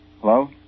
Hello